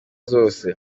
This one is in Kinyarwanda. zose